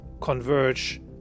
converge